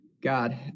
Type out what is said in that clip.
God